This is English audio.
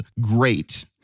great